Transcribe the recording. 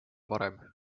varem